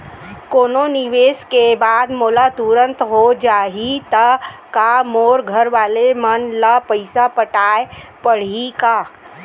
कोनो निवेश के बाद मोला तुरंत हो जाही ता का मोर घरवाले मन ला पइसा पटाय पड़ही का?